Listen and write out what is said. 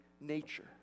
nature